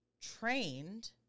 trained